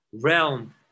realm